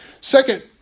Second